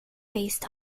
based